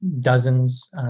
dozens